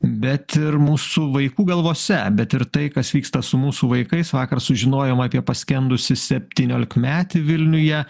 bet ir mūsų vaikų galvose bet ir tai kas vyksta su mūsų vaikais vakar sužinojom apie paskendusį septyniolikmetį vilniuje